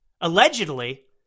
allegedly